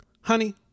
Honey